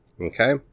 Okay